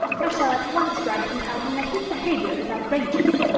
i shall at once write and tell him that his behaviour is outrageous.